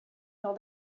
told